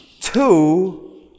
Two